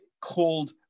called